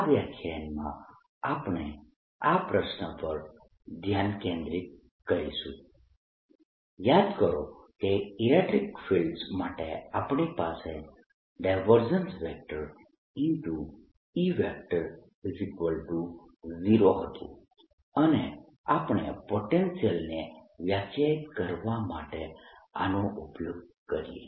આ વ્યાખ્યાનમાં આપણે આ પ્રશ્ન પર ધ્યાન કેન્દ્રિત કરીશું યાદ કરો કે ઇલેક્ટ્રીક ફિલ્ડ્સ માટે આપણી પાસે E0 હતું અને આપણે પોટેન્શિયલને વ્યાખ્યાયિત કરવા માટે આનો ઉપયોગ કરીએ